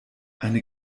eine